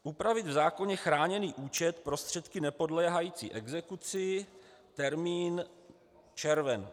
upravit v zákoně chráněný účet prostředky nepodléhající exekuci, termín červen 2017.